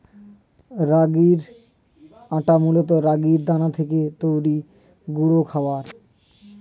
রাগির আটা মূলত রাগির দানা থেকে তৈরি গুঁড়ো খাবার